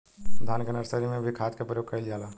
धान के नर्सरी में भी खाद के प्रयोग कइल जाला?